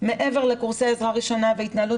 מעבר לקורסי עזרה ראשונה והתנהלות